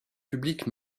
publique